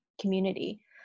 community